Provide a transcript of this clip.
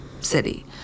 city